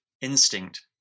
instinct